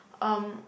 um